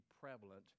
prevalent